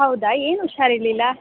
ಹೌದಾ ಏನು ಹುಷಾರಿರಲಿಲ್ಲ